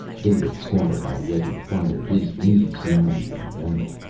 david squatted by the edge of the fire, his knees knobby and white.